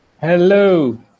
Hello